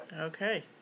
Okay